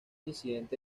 incidente